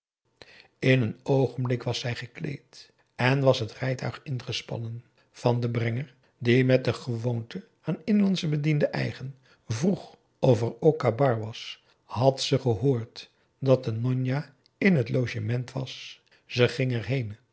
in een oogenblik was zij gekleed en was het rijtuig ingespannen van den brenger die met de gewoonte aan inlandsche bedienden eigen vroeg of er ook kabar was had ze gehoord dat de nonna in het logement was ze ging er